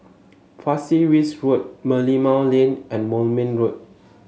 Pasir Ris Road Merlimau Lane and Moulmein Road